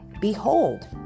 Behold